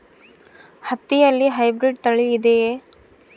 ಹತ್ತಿಯಲ್ಲಿ ಹೈಬ್ರಿಡ್ ತಳಿ ಇದೆಯೇ?